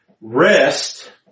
rest